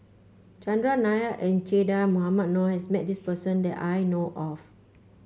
Chandran Nair and Che Dah Mohamed Noor has met this person that I know of